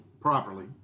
Properly